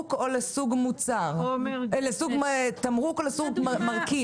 תמרוק או לסוג מרכיב?